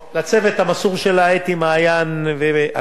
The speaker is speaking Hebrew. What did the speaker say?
לצוות המסור שלה, אתי, מעיין וענת.